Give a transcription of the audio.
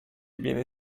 viene